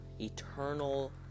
eternal